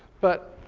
but